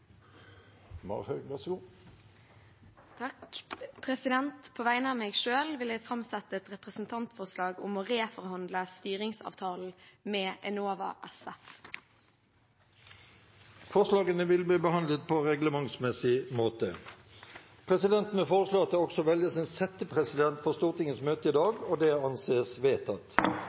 om å reforhandle styringsavtalen med Enova SF. Forslagene vil bli behandlet på reglementsmessig måte. Presidenten vil foreslå at det velges en settepresident for Stortingets møte i dag – og anser det som vedtatt.